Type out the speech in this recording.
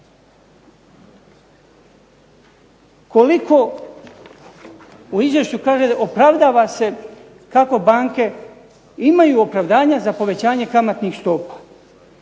Koliko u izvješću kaže opravdava se kako banke imaju opravdanja za povećanje kamatnih stopa.